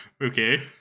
okay